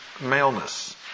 maleness